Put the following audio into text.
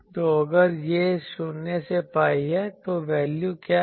तो अगर यह 0 से pi है तो वैल्यू क्या है